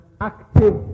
active